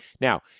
Now